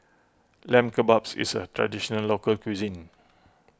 Lamb Kebabs is a Traditional Local Cuisine